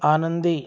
आनंदी